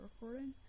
recording